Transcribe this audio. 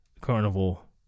carnival